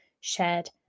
shared